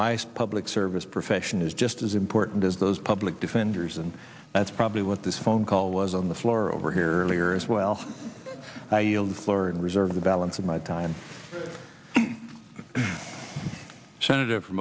my public service profession is just as important as those public defenders and that's probably what this phone call was on the floor over here earlier as well i yield the floor and reserve the balance of my time senator